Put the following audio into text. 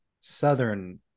Southern